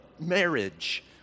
marriage